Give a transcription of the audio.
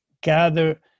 gather